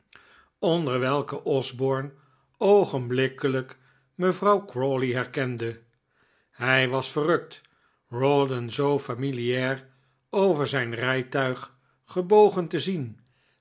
onder welke osborne oogenblikkelijk mevrouw crawley herkende hij was verrukt rawdon zoo familiaar over zijn rijtuig gebogen te zien